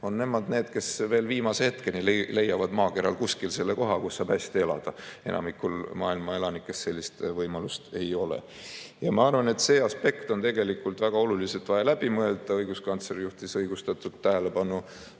on need, kes veel viimase hetkeni leiavad maakeral kuskil selle koha, kus saab hästi elada. Enamikul maailma elanikest sellist võimalust ei ole. Ma arvan, et see aspekt on tegelikult vaja väga hästi läbi mõelda. Õiguskantsler juhtis õigustatult tähelepanu